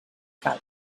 cal